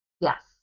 Yes